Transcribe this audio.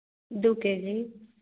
दो के जी